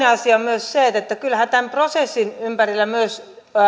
asia on se että kyllähän tämän prosessin ympärillä myös